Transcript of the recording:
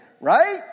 right